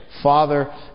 Father